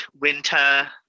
Winter